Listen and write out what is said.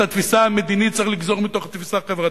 את התפיסה המדינית צריך לגזור מתוך תפיסה חברתית,